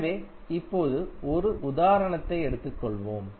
எனவே இப்போது 1 உதாரணத்தை எடுத்துக்கொள்வோம்